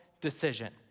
decision